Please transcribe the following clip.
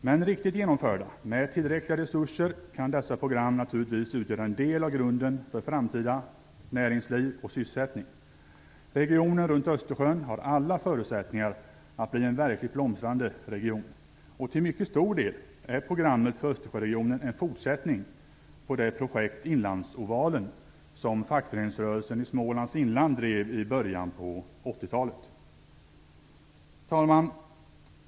Men riktigt genomförda med tillräckliga resurser kan dessa program naturligtvis utgöra en del av grunden för framtida näringsliv och sysselsättning. Regionen runt Östersjön har alla förutsättningar att bli en verkligt blomstrande region. Till mycket stor del är programmet för Östersjöregionen en fortsättning på det projekt, Inlandsovalen, som fackföreningsrörelsen i Herr talman!